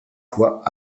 fois